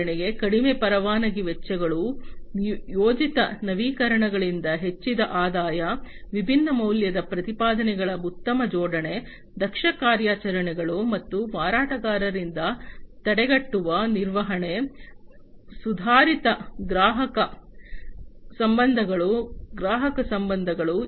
ಉದಾಹರಣೆಗೆ ಕಡಿಮೆ ಪರವಾನಗಿ ವೆಚ್ಚಗಳು ಯೋಜಿತ ನವೀಕರಣಗಳಿಂದ ಹೆಚ್ಚಿದ ಆದಾಯ ವಿಭಿನ್ನ ಮೌಲ್ಯದ ಪ್ರತಿಪಾದನೆಗಳ ಉತ್ತಮ ಜೋಡಣೆ ದಕ್ಷ ಕಾರ್ಯಾಚರಣೆಗಳು ಮತ್ತು ಮಾರಾಟಗಾರರಿಂದ ತಡೆಗಟ್ಟುವ ನಿರ್ವಹಣೆ ಸುಧಾರಿತ ಗ್ರಾಹಕ ಸಂಬಂಧಗಳು ಗ್ರಾಹಕ ಸಂಬಂಧಗಳು